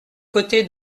côté